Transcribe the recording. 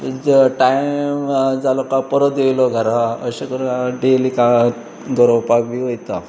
ज टायम जालो काय परत आयलो घरा अशें करून हांव डेली गरोवपाक बी वतां